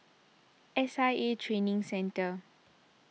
S I A Training Centre